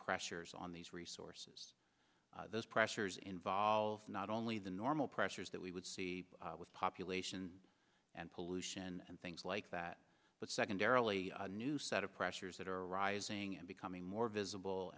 pressures on these resources those pressures involved not only the normal pressures that we would see with population and pollution and things like that but secondarily a new set of pressures that are rising and becoming more visible